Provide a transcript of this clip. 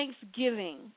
thanksgiving